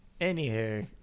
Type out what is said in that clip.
Anywho